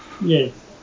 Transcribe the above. Yes